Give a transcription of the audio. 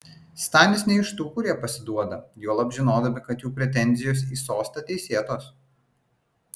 stanis ne iš tų kurie pasiduoda juolab žinodami kad jų pretenzijos į sostą teisėtos